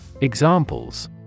Examples